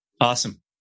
awesome